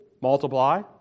multiply